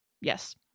Yes